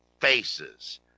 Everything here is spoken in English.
faces